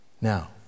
Now